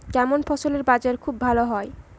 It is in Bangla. কেমন ফসলের বাজার খুব ভালো হয়?